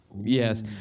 Yes